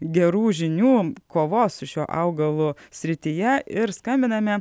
gerų žinių kovos su šiuo augalu srityje ir skambiname